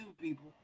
people